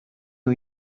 new